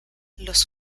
los